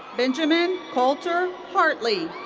benjamin colter hartley.